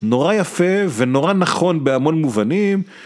נורא יפה ונורא נכון בהמון מובנים.